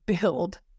build